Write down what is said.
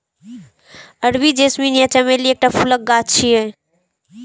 अरबी जैस्मीन या चमेली एकटा सुगंधित फूलक गाछ छियै